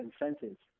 incentives